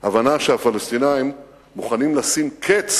הבנה שהפלסטינים מוכנים לשים קץ